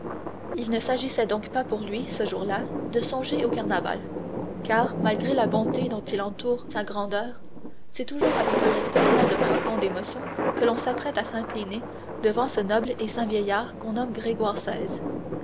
il ne s'agissait donc pas pour lui ce jour-là de songer au carnaval car malgré la bonté dont il entoure sa grandeur c'est toujours avec un respect plein de profonde émotion que l'on s'apprête à s'incliner devant ce noble et saint vieillard qu'on nomme grégoire